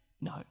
No